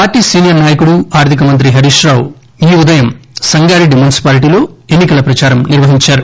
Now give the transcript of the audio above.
party senior నాయకుడు ఆర్దిక మంత్రి హరీష్ రావు ఈ ఉదయం సంగారెడ్డి మున్పిపార్టీలో ఎన్ని కల ప్రదారం నిర్వహించారు